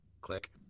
Click